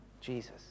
Jesus